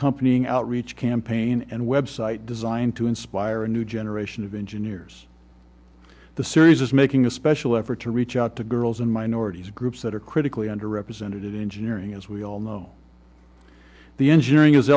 companying outreach campaign and website designed to inspire a new generation of engineers the series is making a special effort to reach out to girls and minorities groups that are critically under represented engineering as we all know the engineering is